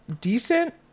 Decent